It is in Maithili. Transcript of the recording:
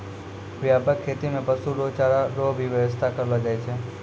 व्यापक खेती मे पशु रो चारा रो भी व्याबस्था करलो जाय छै